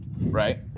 right